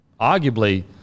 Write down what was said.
Arguably